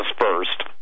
first